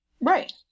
Right